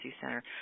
Center